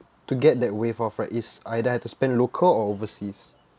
to get that waive off right it's either I have to spend local or overseas